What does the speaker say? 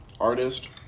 Artist